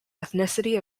ethnicity